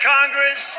Congress